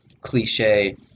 cliche